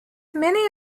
many